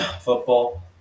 football